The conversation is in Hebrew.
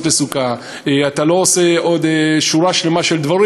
לסוכה ואתה לא עושה עוד שורה של דברים,